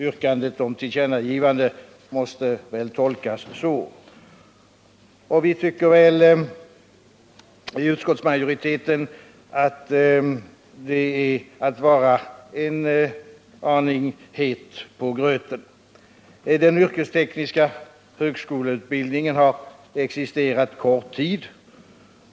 Yrkandet om tillkännagivande måste väl tolkas så. Utskottsmajoriteten tycker att det är att vara en aning het på gröten. Den yrkestekniska högskoleutbildningen har existerat kort tid.